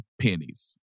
pennies